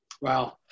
Wow